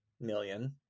million